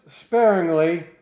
sparingly